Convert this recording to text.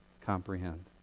comprehend